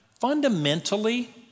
fundamentally